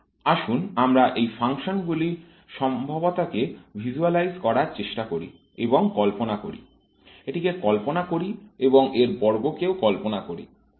আসুন আমরা এই ফাংশনগুলির সম্ভবতকে ভিজ্যুয়ালাইজ করার চেষ্টা করি এবং কল্পনা করি - এটিকে কল্পনা করি এবং এর বর্গ কেও কল্পনা করি